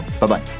Bye-bye